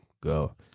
go